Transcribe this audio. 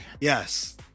yes